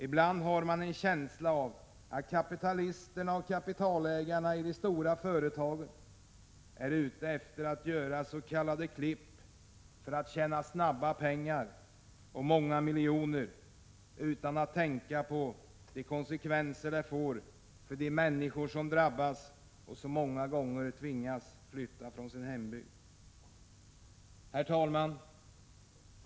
Ibland har man en känsla av att kapitalisterna och kapitalägarna i de stora företagen är ute efter att göra s.k. klipp för att tjäna snabba pengar och många miljoner utan att tänka på de konsekvenser det får för de människor som drabbas och som många gånger tvingas flytta från sin hembygd. Herr talman!